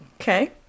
Okay